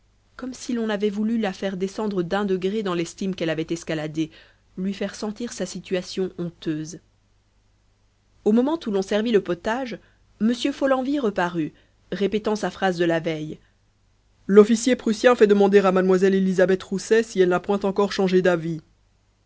comme si l'on avait voulu la faire descendre d'un degré dans l'estime qu'elle avait escaladée lui faire sentir sa situation honteuse au moment où l'on servit le potage m follenvie reparut répétant sa phrase de la veille l'officier prussien fait demander à mlle elisabeth rousset si elle n'a point encore changé d'avis